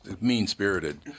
mean-spirited